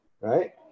right